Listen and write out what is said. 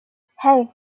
hey